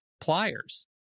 pliers